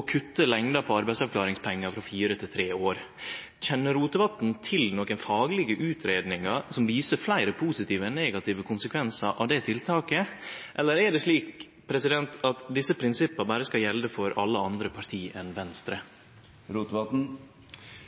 å kutte lengda på arbeidsavklaringspengar frå fire til tre år. Kjenner Rotevatn til nokre faglege utgreiingar som viser fleire positive enn negative konsekvensar av det tiltaket? Eller er det slik at desse prinsippa berre skal gjelde for alle andre parti enn Venstre?